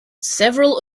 several